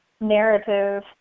narrative